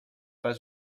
pas